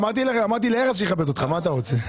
אמרתי לארז שיכבד אותך, מה אתה רוצה?